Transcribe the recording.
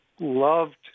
loved